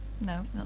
no